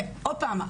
עוד פעם.